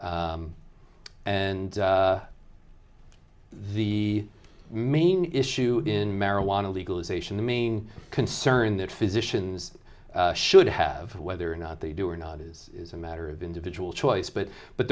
and the main issue in marijuana legalization the main concern that physicians should have whether or not they do or not is a matter of individual choice but but